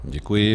Děkuji.